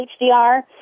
HDR